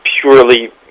purely